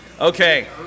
Okay